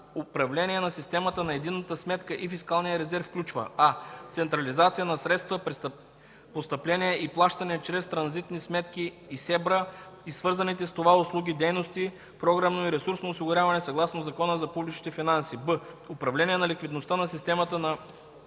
„Управление на системата на единна сметка и фискалния резерв” включва: а) централизация на средства, постъпления и плащания чрез транзитни сметки и СЕБРА и свързаните с това услуги, дейности, програмно и ресурсно осигуряване съгласно Закона за публичните финанси; б) управление на ликвидността на системата на